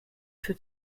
für